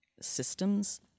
systems